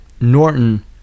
Norton